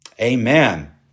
amen